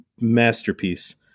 masterpiece